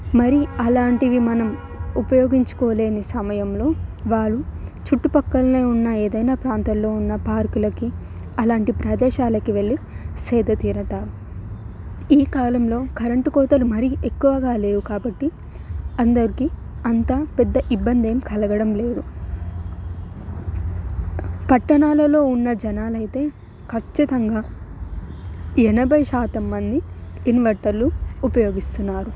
మరి అలాంటివి మనం ఉపయోగించుకోలేని సమయంలో వారు చుట్టుపక్కలనే ఉన్నా ఏదైనా ప్రాంతంలో ఉన్న పార్కులకి అలాంటి ప్రదేశాలకు వెళ్ళి సేద తీరతారు ఈ కాలంలో కరెంటు కోతలు మరీ ఎక్కువగా లేవు కాబట్టి అందరికీ అంతా పెద్ద ఇబ్బంది ఏం కలగడం లేదు పట్టణాలలో ఉన్న జనాలు అయితే ఖచ్చితంగా ఎనభై శాతం మంది ఇన్వెంటర్లు ఉపయోగిస్తున్నారు